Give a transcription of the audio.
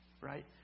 Right